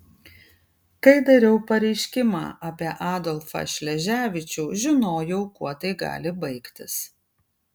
kai dariau pareiškimą apie adolfą šleževičių žinojau kuo tai gali baigtis